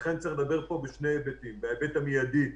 לכן צריך לדבר פה בשני היבטים: בהיבט המידי,